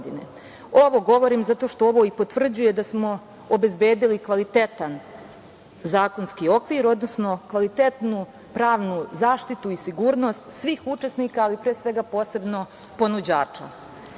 Ovo govorim zato što ovo potvrđuje da smo obezbedili kvalitetan zakonski okvir, odnosno kvalitetnu pravnu zaštitu i sigurnost svih učesnika, a posebno ponuđača.O